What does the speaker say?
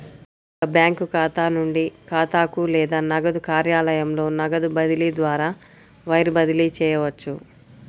ఒక బ్యాంకు ఖాతా నుండి ఖాతాకు లేదా నగదు కార్యాలయంలో నగదు బదిలీ ద్వారా వైర్ బదిలీ చేయవచ్చు